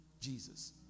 Jesus